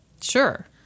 Sure